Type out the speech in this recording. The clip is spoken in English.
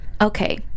Okay